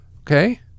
Okay